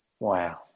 Wow